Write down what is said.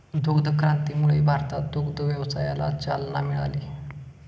दुग्ध क्रांतीमुळे भारतात दुग्ध व्यवसायाला चालना मिळाली